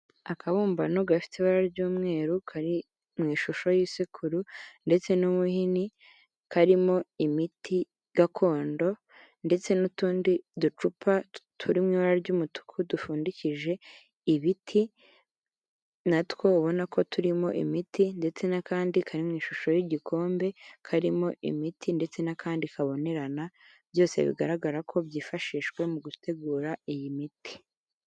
Akabumbano gafite ibara ry'umweru kari mu ishusho y'isekuru, ndetse n'umuhini karimo imiti gakondo ndetse n'utundi ducupa turi mu ibara ry'umutuku dufundikije ibiti natwo ubona ko turimo imiti ndetse n'akandi kari mu ishusho y'igikombe karimo imiti, ndetse n'akandi kabonerana byose bigaragara ko byifashishwa mu gutegura iyi miti.